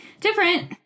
different